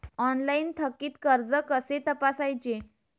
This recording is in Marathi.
ऑनलाइन थकीत कर्ज कसे तपासायचे?